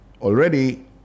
already